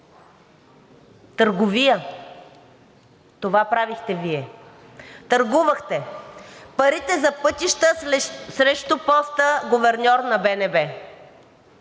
търговия. Това правихте Вие – търгувахте! Парите за пътища срещу поста гуверньор на БНБ!